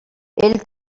ell